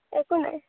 একো নাই